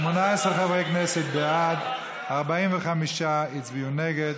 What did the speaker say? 18 חברי כנסת בעד, 45 הצביעו נגד.